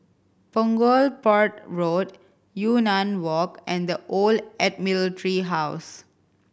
Punggol Port Road Yunnan Walk and The Old Admiralty House